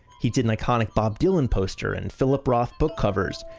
he did an iconic bob dylan poster and philip roth book covers.